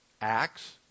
acts